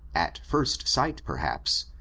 at first sight, perhaps,